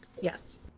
Yes